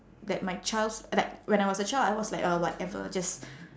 that my child s~ like when I was a child I was like uh whatever just